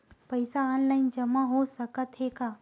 पईसा ऑनलाइन जमा हो साकत हे का?